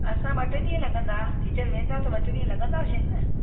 असां ॿ टे ॾींहं लॻंदा टीचर वेंदा त ॿ टे ॾींहं लॻंदासीं न